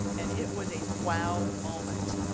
and it was a wow moment,